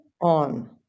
on